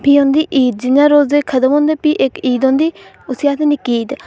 फ्ही होंदी ईद जिां रोजे खत्म होंदेभी इक ईद औंदी उसी आखदे निक्की ईद